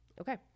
Okay